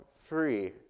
free